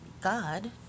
God